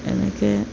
এনেকৈ